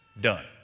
done